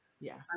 Yes